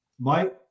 Mike